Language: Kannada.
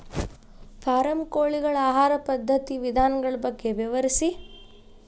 ಫಾರಂ ಕೋಳಿಗಳ ಆಹಾರ ಪದ್ಧತಿಯ ವಿಧಾನಗಳ ಬಗ್ಗೆ ವಿವರಿಸಿ